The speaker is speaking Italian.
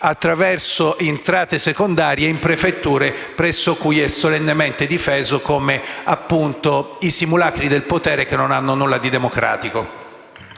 entrate secondarie e chiudersi in prefetture nelle quali è solennemente difeso come i simulacri del potere che non hanno nulla di democratico.